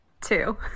Two